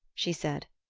she said,